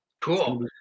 Cool